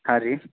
ہاں جی